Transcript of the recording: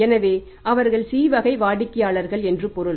எனவே அவர்கள் C வகை வாடிக்கையாளர்கள் என்று பொருள்